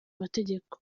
mategeko